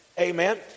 Amen